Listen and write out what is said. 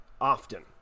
often